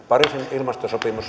pariisin ilmastosopimus